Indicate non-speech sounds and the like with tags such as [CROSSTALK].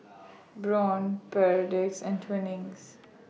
[NOISE] Braun Perdix and Twinings